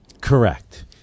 correct